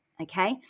Okay